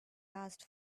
asked